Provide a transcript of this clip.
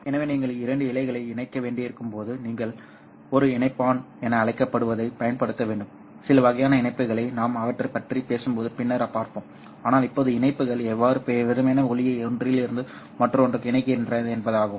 எனவே நீங்கள் இரண்டு இழைகளை இணைக்க வேண்டியிருக்கும் போது நீங்கள் ஒரு இணைப்பான் என அழைக்கப்படுவதைப் பயன்படுத்த வேண்டும் சில வகையான இணைப்பிகளை நாம் அவற்றைப் பற்றிப் பேசும்போது பின்னர் பார்ப்போம் ஆனால் இப்போது இணைப்பிகள் என்பது வெறுமனே ஒளியை ஒன்றிலிருந்து மற்றொன்றுக்கு இணைக்கிறேன் என்பதாகும்